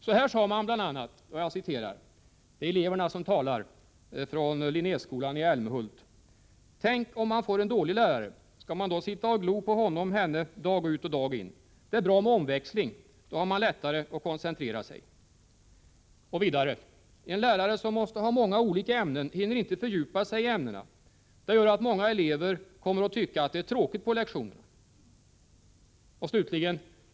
Elverna vid Linnéskolan i Älmhult sade bl.a.: ”- Tänk om man får en dålig lärare. Ska man då sitta och glo på honom/henne dag ut och dag in. Det är bra med omväxling. Då har man lättare att koncentrera sig. ——-— En lärare som måste ha många olika ämnen hinner inte fördjupa sig i ämnena. Det gör att många elever kommer att tycka att det är tråkigt på lektionerna.